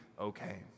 okay